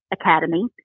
academy